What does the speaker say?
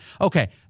Okay